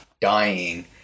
dying